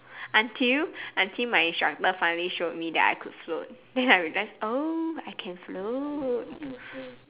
until until my instructor finally showed me that I could float then I realise oh I can float